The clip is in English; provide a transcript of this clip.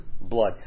blood